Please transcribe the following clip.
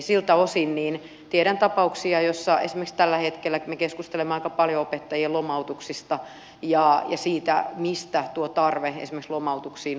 siltä osin tiedän tapauksia joissa esimerkiksi tällä hetkellä me keskustelemme aika paljon opettajien lomautuksista ja siitä mistä tuo tarve esimerkiksi lomautuksiin on tullut